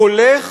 הולך